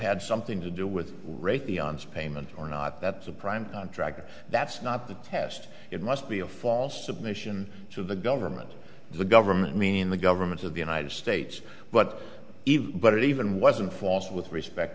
had something to do with raytheon's payment or not that's a prime contractor that's not the test it must be a false submission to the government the government mean the government of the united states but even but even wasn't false with respect